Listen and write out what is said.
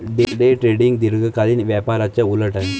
day trading दीर्घकालीन व्यापाराच्या उलट आहे